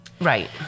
Right